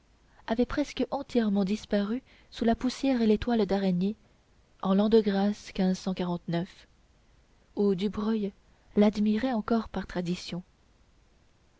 avait presque entièrement disparu sous la poussière et les toiles d'araignée en l'an de grâce où du breul l'admirait encore par tradition